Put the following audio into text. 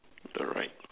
the right